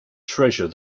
treasure